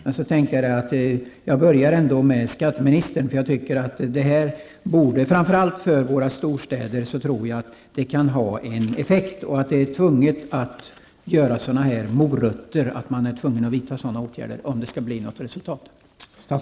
Jag tänkte börja med skatteministern, för jag tycker att detta framför allt för våra storstäder kan ha en effekt. Man är tvungen att ha sådana här morötter och vidta sådana här åtgärder om det skall ge något resultat.